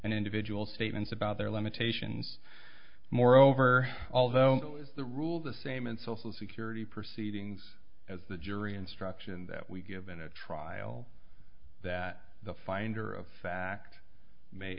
an individual's statements about their limitations moreover although the rule the same in social security proceedings as the jury instruction that we give in a trial that the finder of fact may